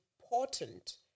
important